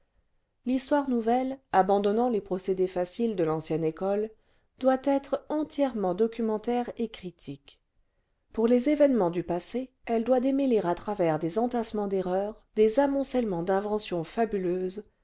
l'histoire nouvelle abandonnant les procédés faciles de l'ancienne école doit être entièrement documentaire et critique pour les événements du passé elle doit démêler à travers des entassements d'erreurs des amoncellements d'inventions fabuleuses